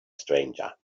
stranger